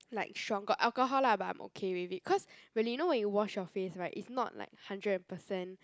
like strong got alcohol lah but I'm okay with it cause when really you know when you wash your face [right] it's not like hundred percent